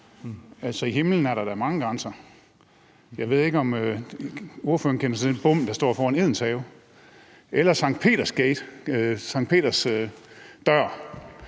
Altså, i himlen er der da mange grænser. Jeg ved ikke, om ordføreren kender til den bom, der står foran Edens Have, eller Sankt Peters gate, Sankt Peters dør.